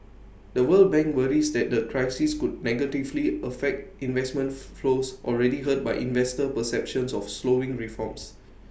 the world bank worries that the crisis could negatively affect investment flows already hurt by investor perceptions of slowing reforms